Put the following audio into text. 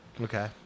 Okay